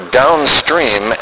downstream